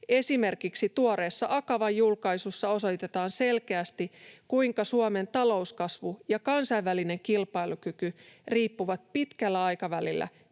Esimerkiksi tuoreessa Akavan julkaisussa osoitetaan selkeästi, kuinka Suomen talouskasvu ja kansainvälinen kilpailukyky riippuvat pitkällä aikavälillä